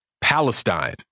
Palestine